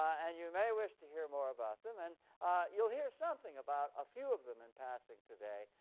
and you may wish to hear more about them. and you'll hear something about a few of them in passing today,